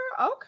Okay